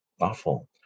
awful